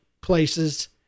places